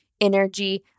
energy